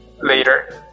Later